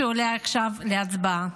שעולה עכשיו להצבעה,